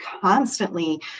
constantly